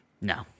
No